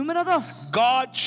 God